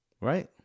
Right